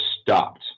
stopped